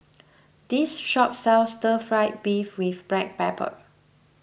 this shop sells Stir Fry Beef with Black Pepper